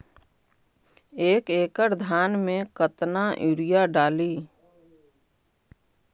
एक एकड़ धान मे कतना यूरिया डाली?